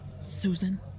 Susan